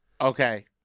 Okay